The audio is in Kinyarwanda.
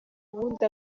ubundi